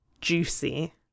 juicy